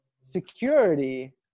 security